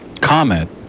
comment